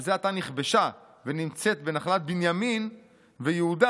שזה עתה נכבשה ונמצאת בנחלת בנימין ויהודה,